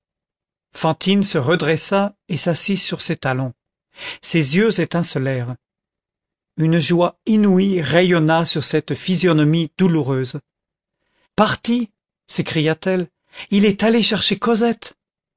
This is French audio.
fantine se redressa et s'assit sur ses talons ses yeux étincelèrent une joie inouïe rayonna sur cette physionomie douloureuse parti s'écria-t-elle il est allé chercher cosette